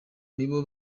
nibo